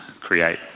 create